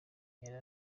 yari